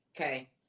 Okay